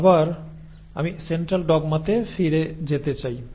আবার আমি সেন্ট্রাল ডগমাতে ফিরে যেতে চাই